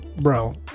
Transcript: bro